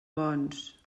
bons